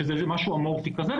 שזה משהו אמורפי כזה,